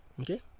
okay